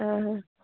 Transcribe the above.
आं हा